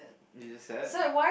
is it sad